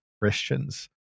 Christians